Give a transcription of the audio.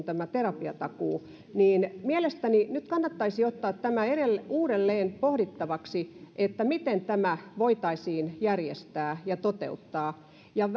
tämä terapiatakuu mielestäni nyt kannattaisi ottaa tämä uudelleen pohdittavaksi miten tämä voitaisiin järjestää ja toteuttaa